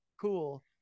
cool